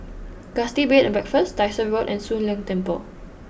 Gusti Bed and Breakfast Dyson Road and Soon Leng Temple